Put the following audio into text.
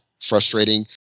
frustrating